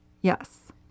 Yes